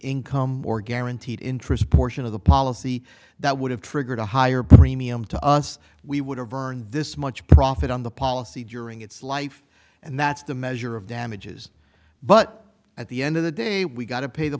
income or guaranteed interest portion of the policy that would have triggered a higher premium to us we would have earned this much profit on the policy during its life and that's the measure of damages but at the end of the day we got to pay the